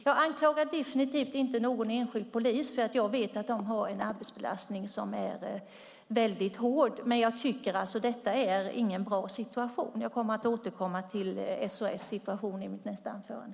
Jag anklagar definitivt inte någon enskild polis, för jag vet att de har en arbetsbelastning som är väldigt hård. Men jag tycker att detta inte är någon bra situation. Jag kommer att återkomma till SOS Alarms situation i mitt nästa anförande.